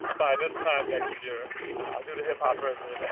by this time next year i'll do the hip-hop version and